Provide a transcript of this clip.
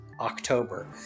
October